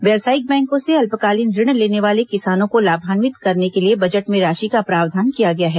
व्यावसायिक बैंकों से अल्पकालीन ऋण लेने वाले किसानों को लाभान्वित करने के लिए बजट में राशि का प्रावधान किया गया है